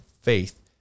faith